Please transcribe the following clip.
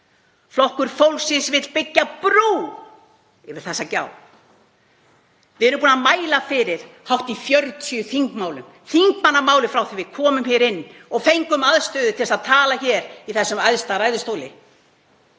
Flokkur fólksins vill byggja brú yfir þessa gjá. Við erum búin að mæla fyrir hátt í 40 þingmálum, þingmannamálum, frá því að við komum hér inn og fengum aðstöðu til þess að tala hér í þessum æðsta ræðustóli.